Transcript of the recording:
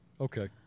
Okay